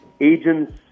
agents